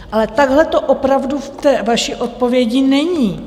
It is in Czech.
Ale takhle to opravdu v té vaší odpovědi není.